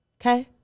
okay